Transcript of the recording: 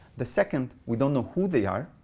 the second, we don't know who they are.